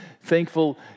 thankful